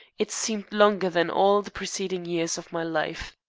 it seemed longer than all the preceding years of my life.